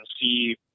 see